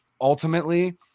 ultimately